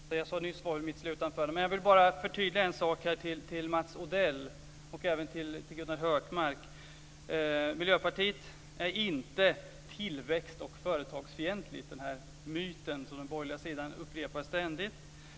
Fru talman! Vad jag sade nyss var mitt slutanförande men jag vill förtydliga en sak, och jag vänder mig då till Mats Odell och Gunnar Hökmark. Miljöpartiet är inte tillväxt och företagsfientligt - en myt som den borgerliga sidan ständigt upprepar.